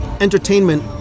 entertainment